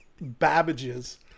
Babbage's